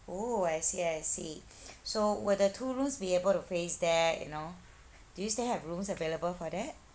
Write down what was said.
oh I see I see so will the two rooms be able to face that you know do you still have rooms available for that